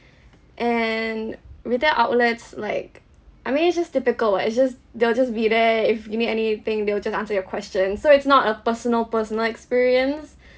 and retail outlets like I mean it's just typical [what] it's just they'll just be there if you need anything they'll just answer your question so it's not a personal personal experience